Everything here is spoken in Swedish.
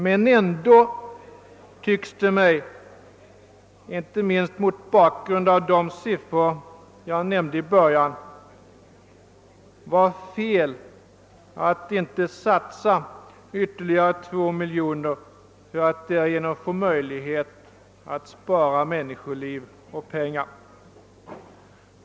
Men ändå tycks det mig — inte minst mot bakgrund av de siffror jag tidigare nämnt — vara fel att inte satsa ytterligare närmare 2 miljoner kronor för att därigenom få möjlighet att spara människoliv och pengar.